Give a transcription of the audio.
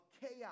chaos